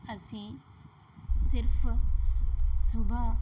ਅਸੀਂ ਸ ਸਿਰਫ ਸੁ ਸੁਬਾਹ